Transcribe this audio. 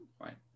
Right